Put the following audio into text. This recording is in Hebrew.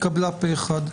התקבלה פה אחד.